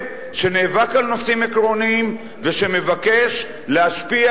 שנאבק על נושאים עקרוניים ומבקש להשפיע,